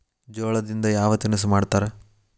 ಜೋಳದಿಂದ ಯಾವ ತಿನಸು ಮಾಡತಾರ?